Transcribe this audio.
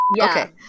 Okay